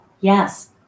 Yes